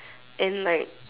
and like